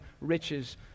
riches